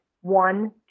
one